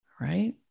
right